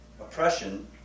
oppression